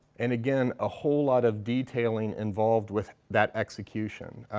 and again, a whole lot of detailing involved with that execution.